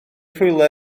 rhywle